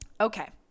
Okay